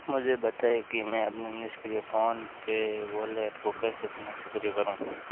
मुझे बताएँ कि मैं अपने निष्क्रिय फ़ोन पे वॉलेट को कैसे पुनः सक्रिय करूँ